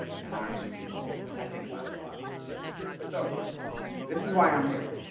and i'm i think about it a lot so this is why i'm here